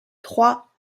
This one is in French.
trois